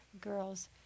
Girls